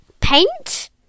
paint